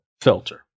filter